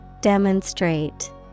Demonstrate